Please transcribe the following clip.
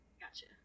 Gotcha